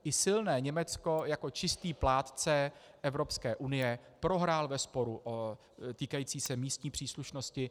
I silné Německo jako čistý plátce Evropské unie prohrálo ve sporu týkajícím se místní příslušnosti.